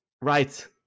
Right